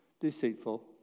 deceitful